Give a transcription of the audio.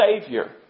Savior